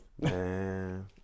Man